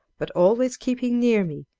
but always keeping near me,